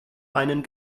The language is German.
einen